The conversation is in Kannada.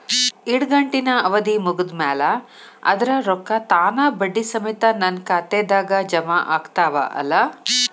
ಇಡಗಂಟಿನ್ ಅವಧಿ ಮುಗದ್ ಮ್ಯಾಲೆ ಅದರ ರೊಕ್ಕಾ ತಾನ ಬಡ್ಡಿ ಸಮೇತ ನನ್ನ ಖಾತೆದಾಗ್ ಜಮಾ ಆಗ್ತಾವ್ ಅಲಾ?